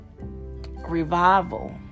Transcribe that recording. revival